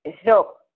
help